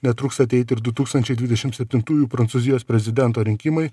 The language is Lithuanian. netruks ateiti ir du tūkstančiai dvidešimt septintųjų prancūzijos prezidento rinkimai